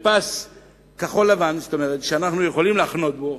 בפס כחול-לבן, כלומר, שאנחנו יכולים להחנות בו,